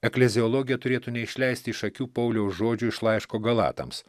ekleziologija turėtų neišleisti iš akių pauliaus žodžių iš laiško galatams